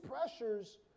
pressures